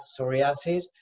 psoriasis